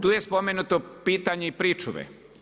Tu je spomenuto pitanje pričuve.